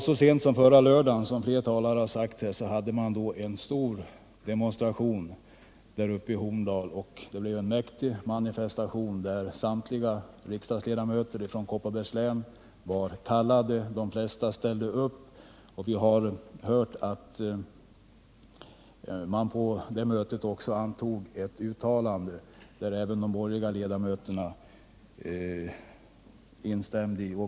Så sent som förra lördagen hölls en stor demonstration i Horndal, vilket flera ledamöter har nämnt. Det blev en mäktig manifestation. Samtliga riksdagsledamöter från Kopparbergs län var kallade — de flesta ställde upp. Vi har hört att man på det mötet antog ett uttalande i vilket även de borgerliga ledamöterna instämde.